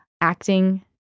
acting